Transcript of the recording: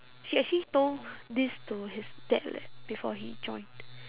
he actually told this to his dad leh before he joined